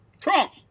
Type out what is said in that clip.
Trump